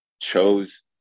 chose